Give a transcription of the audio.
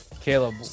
Caleb